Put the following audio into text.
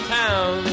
town